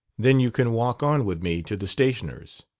then you can walk on with me to the stationer's.